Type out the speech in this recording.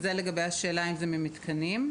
זה לגבי השאלה אם זה ממתקנים;